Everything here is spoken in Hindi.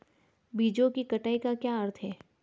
बीजों की कटाई का क्या अर्थ है?